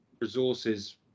Resources